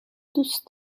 دوست